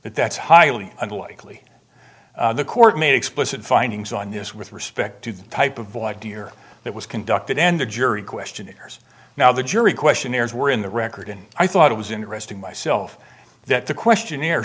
that that's highly unlikely the court made explicit findings on this with respect to the type of volunteer that was conducted and the jury questionnaires now the jury questionnaires were in the record and i thought it was interesting myself that the questionnaire